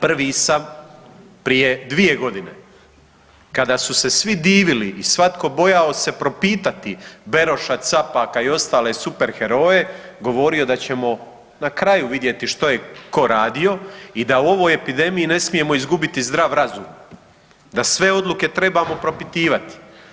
Prvi sam prije 2.g. kada su se svi divili i svatko bojao se propitati Beroša, Capaka i ostale super heroje govorio da ćemo na kraju vidjeti što je ko radio i da u ovoj epidemiji ne smijemo izgubiti zdrav razum, da sve odluke trebamo propitivati.